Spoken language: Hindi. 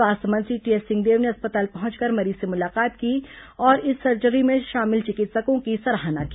स्वास्थ्य मंत्री टीएस सिंहदेव ने अस्पताल पहुंचकर मरीज से मुलाकात की और इस सर्जरी में शामिल में चिकित्सकों की सराहना की